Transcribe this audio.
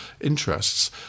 interests